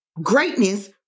Greatness